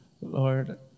Lord